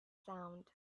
sound